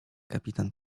kapitan